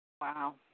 Wow